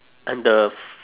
and the f~